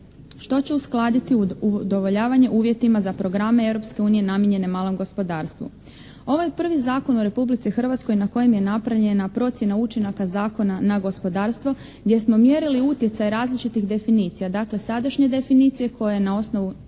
što će uskladiti udovoljavanje uvjetima za programe Europske unije namijenjene malog gospodarstvu. Ovo je prvi zakon u Republici Hrvatskoj na kojem je napravljena procjena učinaka zakona na gospodarstvo gdje smo mjerili utjecaj različitih definicija, dakle sadašnje definicije koje na osnovu